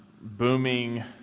booming